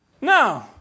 No